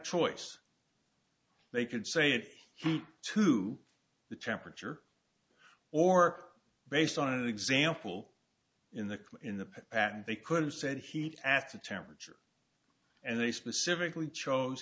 choice they could say it to the temperature or based on an example in the in the patent they could have said he'd asked the temperature and they specifically chose